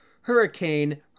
Hurricane